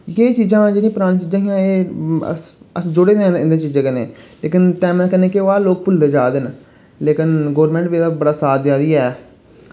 ये चीजां जेह्ड़ी परानी चीजां हियां एह् अस अस जुड़े दे आं इ'ने चीजें कन्नै ते में कन्नै केह् होआ दा लोक भुलदे जा दे न लेकिन गोरमैंट बी एह्दा बड़ा साथ देआ दी ऐ